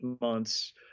months